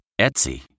Etsy